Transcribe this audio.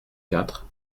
quatre